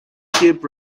keep